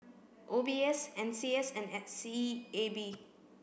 O B S N C S and S E A B